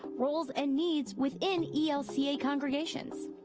roles and needs within elca congregations.